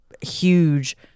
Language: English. huge